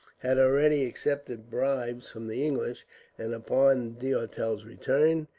had already accepted bribes from the english and upon d'auteuil's return,